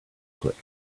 click